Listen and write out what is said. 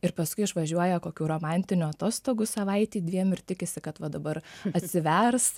ir paskui išvažiuoja kokių romantinių atostogų savaitei dviem ir tikisi kad va dabar atsivers